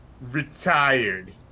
retired